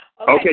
Okay